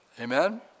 Amen